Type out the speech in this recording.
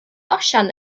osian